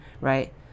right